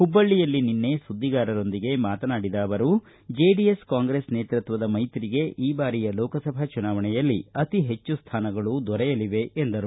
ಹುಬ್ಬಳ್ಳಿಯಲ್ಲಿ ನಿನ್ನೆ ಸುದ್ದಿಗಾರರೊಂದಿಗೆ ಮಾತನಾಡಿದ ಅವರು ಜೆಡಿಎಸ್ ಕಾಂಗ್ರೆಸ್ ನೇತೃತ್ವದ ಮೈತ್ರಿಗೆ ಈ ಬಾರಿಯ ಲೋಕಸಭಾ ಚುನಾವಣೆಯಲ್ಲಿ ಅತೀ ಹೆಚ್ಚು ಸ್ಮಾನಗಳು ದೊರೆಯಲಿವೆ ಎಂದರು